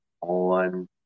on